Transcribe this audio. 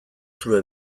zure